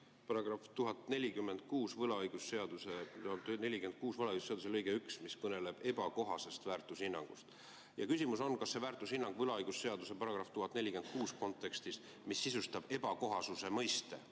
lugeda, võlaõigusseaduse § 1046 lõige 1, mis kõneleb ebakohasest väärtushinnangust. Küsimus on: kas see väärtushinnang võlaõigusseaduse § 1046 kontekstis, mis sisustab ebakohasuse mõiste